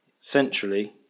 centrally